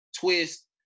twist